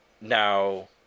Now